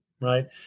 right